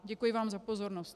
Děkuji vám za pozornost.